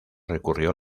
recurrió